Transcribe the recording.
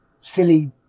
silly